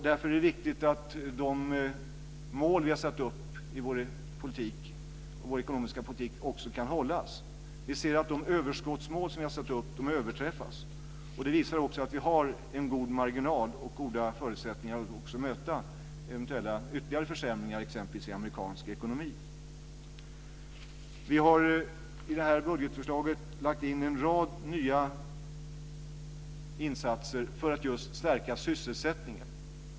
Därför är det viktigt att de mål vi har satt upp i vår ekonomiska politik också kan hållas. Vi ser att de överskottsmål som vi har satt upp överträffas. Det visar att vi har en god marginal och goda förutsättningar att också möta eventuella ytterligare försämringar exempelvis i amerikansk ekonomi. Vi har i det här budgetförslaget lagt in en rad nya insatser för att stärka sysselsättningen.